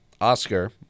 Oscar